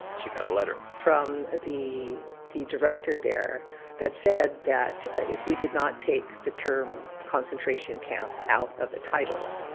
she got a letter from the the director there that said that if we did not take the term concentration camp out of the title,